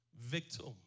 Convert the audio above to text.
Victim